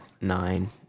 nine